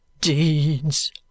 Deeds